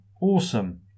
Awesome